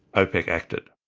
opec acted.